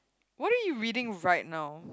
what are you reading right now